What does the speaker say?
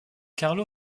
carlo